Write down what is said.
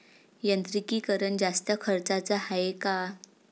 यांत्रिकीकरण जास्त खर्चाचं हाये का?